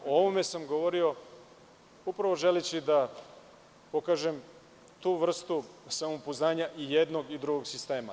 O ovome sam govorio upravo želeći da pokažem tu vrstu samopouzdanja i jednog i drugog sistema.